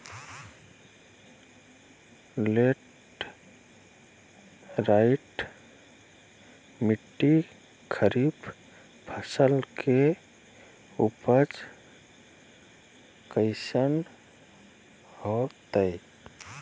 Laterite मिट्टी खरीफ फसल के उपज कईसन हतय?